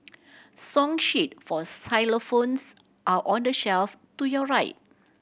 song sheet for xylophones are on the shelf to your right